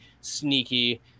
sneaky